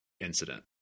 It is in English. incident